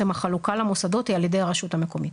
החלוקה למוסדות היא על ידי הרשות המקומית.